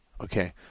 Okay